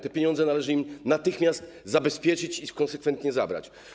Te pieniądze należy im natychmiast zabezpieczyć i konsekwentnie zabrać.